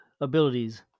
abilities